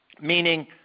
Meaning